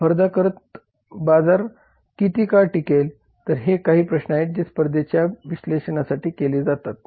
स्पर्धा करत बाजार किती काळ टिकेल तर हे काही प्रश्न आहेत जे स्पर्धेच्या विश्लेषणासाठी केले जातात